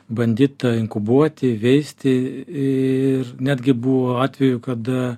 bandyta inkubuoti veisti ir netgi buvo atvejų kada